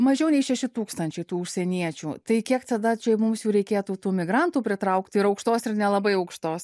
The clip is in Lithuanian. mažiau nei šeši tūkstančiai tų užsieniečių tai kiek tada čia mums jų reikėtų tų migrantų pritraukti ir aukštos ir nelabai aukštos